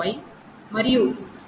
Y మరియు t4